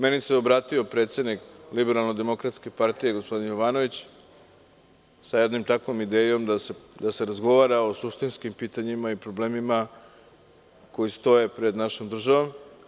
Meni se obratio predsednik LDP gospodin Jovanović sa jednom takvom idejom, da se razgovara o suštinskim pitanjima i problemima koji stoji pred našom državom.